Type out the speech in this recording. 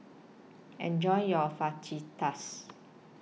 Enjoy your Fajitas